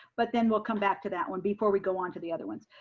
but then we'll come back to that one before we go on to the other ones.